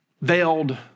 Veiled